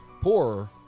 poorer